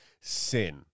sin